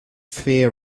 fear